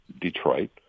Detroit